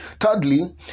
Thirdly